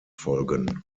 folgen